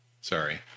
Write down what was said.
Sorry